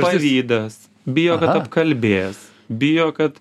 pavydas bijo kad apkalbės bijo kad